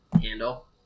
Handle